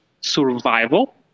survival